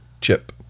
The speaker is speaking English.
Chip